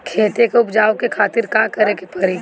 खेत के उपजाऊ के खातीर का का करेके परी?